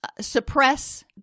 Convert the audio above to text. suppress